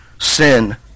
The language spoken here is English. sin